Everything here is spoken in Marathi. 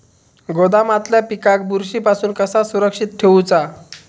गोदामातल्या पिकाक बुरशी पासून कसा सुरक्षित ठेऊचा?